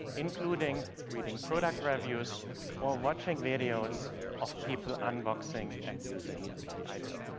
including reading product reviews or watching videos of people unboxing and using the item.